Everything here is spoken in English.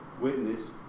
Witness